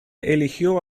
eligió